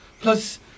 plus